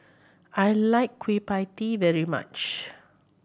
I like Kueh Pie Tee very much